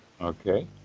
Okay